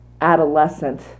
adolescent